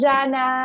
Jana